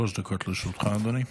שלוש דקות לרשותך, אדוני.